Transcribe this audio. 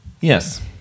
Yes